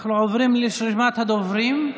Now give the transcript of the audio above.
אנחנו עוברים לרשימת הדוברים.